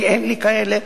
כי אין לי כאלה,